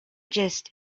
just